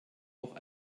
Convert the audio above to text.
auch